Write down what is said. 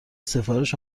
سفارش